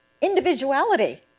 individuality